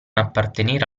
appartenere